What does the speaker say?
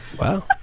Wow